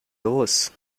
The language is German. los